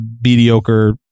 mediocre